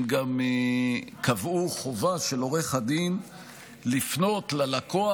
הם גם קבעו חובה של עורך הדין לפנות ללקוח